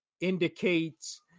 indicates